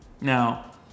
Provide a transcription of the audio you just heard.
Now